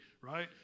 right